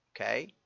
okay